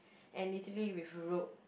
and literally with rope